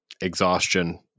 exhaustion